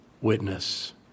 witness